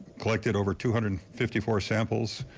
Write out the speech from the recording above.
collected over two hundred and fifty four samples.